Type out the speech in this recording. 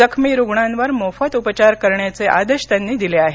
जखमी रुग्णांवर मोफत उपचार करण्याचे आदेश त्यांनी दिले आहेत